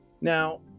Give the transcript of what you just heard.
now